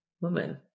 woman